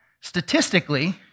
Statistically